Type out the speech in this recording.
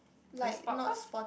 the sport cause